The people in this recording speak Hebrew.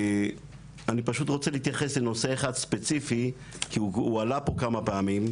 אני פשוט רוצה להתייחס לנושא אחד ספציפי כי הוא הועלה פה כמה פעמים,